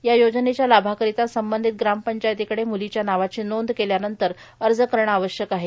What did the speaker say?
या योजनेच्या लाभाकरीता संबंधित ग्रामपंचायतीकडे म्लीच्या नावाची नोंद केल्यानंतर अर्ज करणे आवश्यक आहे